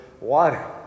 water